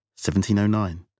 1709